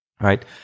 right